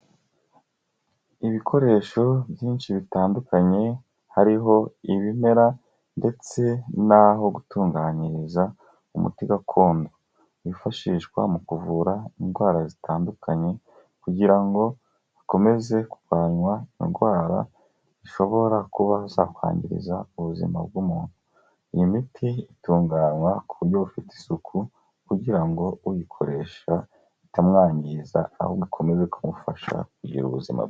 Ibikoresho byinshi bitandukanye hariho ibimera ndetse n'aho gutunganyiriza umuti gakondo wifashishwa mu kuvura indwara zitandukanye kugira ngo akomeze kurwanya indwara zishobora kuba zakwangiza ubuzima bw'umuntu. Iyi miti itunganywa ku buryo bufite isuku kugira ngo uyikoresha bitamwangiza ahubwo ikomeze kumufasha kugira ubuzima bwiza.